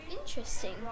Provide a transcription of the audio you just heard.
Interesting